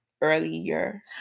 Earlier